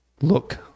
look